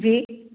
जी